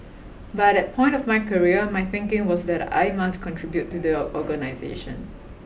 but at point of my career my thinking was that I must contribute to the organisation